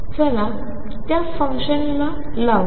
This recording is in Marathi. चला त्या फंक्शन्स लावू या